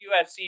UFC